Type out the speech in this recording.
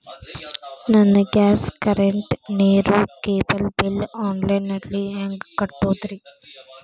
ನನ್ನ gas, current, ನೇರು, cable bill online ನಲ್ಲಿ ಹೆಂಗ್ ಕಟ್ಟೋದ್ರಿ?